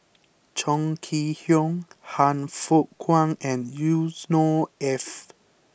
Chong Kee Hiong Han Fook Kwang and Yusnor Ef